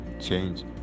change